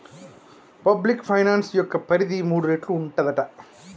public finance యొక్క పరిధి మూడు రేట్లు ఉంటదట